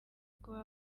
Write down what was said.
kuba